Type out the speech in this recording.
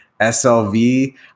SLV